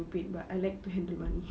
stupid but I like to handle money